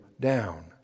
down